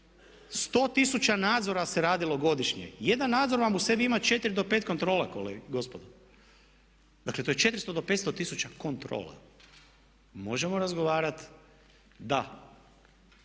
100 tisuća nadzora se radilo godišnje. Jedan nadzor vam u sebi ima 4 do 5 kontrola gospodo. Dakle, to je 400 do 500 tisuća kontrola. Možemo razgovarati da